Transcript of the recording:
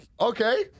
Okay